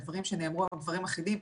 הדברים שנאמרו הם דברים אחידים,